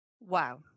Wow